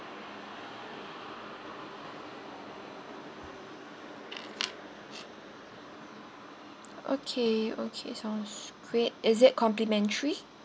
okay okay sounds great is it complimentary